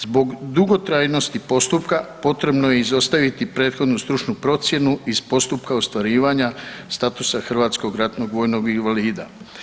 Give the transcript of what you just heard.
Zbog dugotrajnosti postupka potrebno je izostaviti prethodnu stručnu procjenu iz postupka ostvarivanja statusa hrvatskog ratnog vojnog invalida.